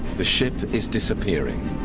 the ship is disappearing